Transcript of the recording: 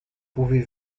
pouvez